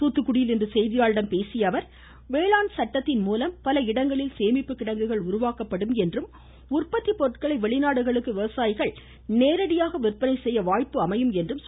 துாத்துகுடியில் இன்று செய்தியாளர்களிடம் பேசிய அவர் வேளாண் சட்டத்தின் மூலம் பல இடங்களில் சேமிப்பு கிடங்குகள் உருவாக்கப்படும் என்றும் உற்பத்தி பொருட்களை வெளிநாடுகளுக்கு விவசாயிகள் நேரடியாக விற்பனை செய்ய வாய்ப்பு அமையும் என்றும் சுட்டிக்காட்டினார்